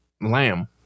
Lamb